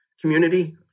community